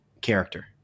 character